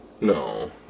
No